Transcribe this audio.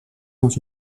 dans